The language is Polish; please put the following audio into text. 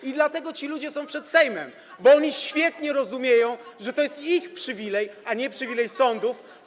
I dlatego ci ludzie są przed Sejmem, [[Gwar na sali]] bo oni świetnie rozumieją, że to jest ich przywilej, a nie przywilej sądów.